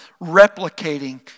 replicating